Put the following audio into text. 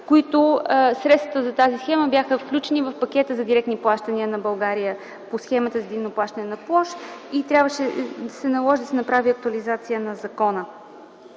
Средствата за тази схема бяха включени в пакета за директни плащания на България по схемата за единно плащане на площ. Наложи се да се направи актуализация на закона.